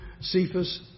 Cephas